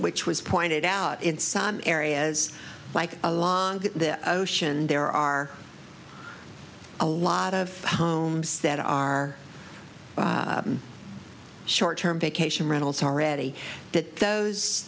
which was pointed out in some areas like along the ocean there are a lot of homes that are short term vacation rentals already th